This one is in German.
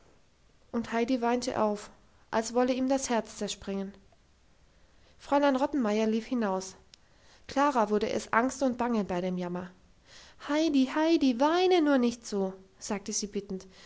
und heidi weinte auf als wollte ihm das herz zerspringen fräulein rottenmeier lief hinaus klara wurde es angst und bange bei dem jammer heidi heidi weine nur nicht so sagte sie bittend